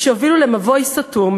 שהובילו למבוי סתום,